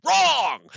Wrong